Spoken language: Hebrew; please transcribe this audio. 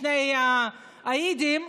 שני היידים,